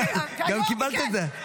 גם קיבלת את זה?